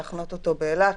להחנות אותו באילת,